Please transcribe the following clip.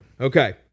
Okay